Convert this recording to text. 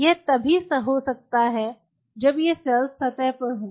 यह तभी हो सकता है जब ये सेल्स सतह पर हों